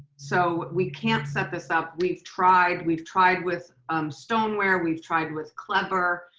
so we can't set this up. we've tried, we've tried with stoneware, we've tried with clever,